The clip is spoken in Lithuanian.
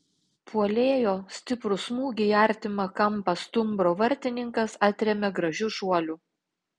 puolėjo stiprų smūgį į artimą kampą stumbro vartininkas atrėmė gražiu šuoliu